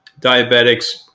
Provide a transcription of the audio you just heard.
diabetics